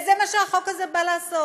וזה מה שהחוק הזה בא לעשות.